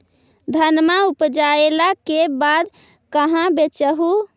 धनमा उपजाईला के बाद कहाँ बेच हू?